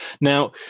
Now